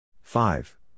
Five